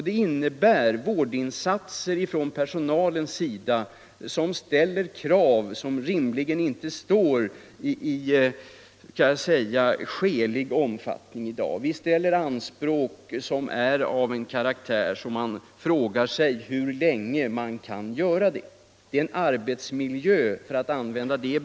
Den innebär vårdinsatser från personalens sida som ställer krav av oskälig omfattning. Vi ställer sådana anspråk att man frågar sig hur länge vi kan fortsätta att göra det.